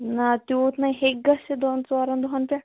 نہ تیوٗت نَے ہٮ۪کہِ گٔژھِتھ دۄن ژورَن دۄہَن پٮ۪ٹھ